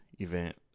event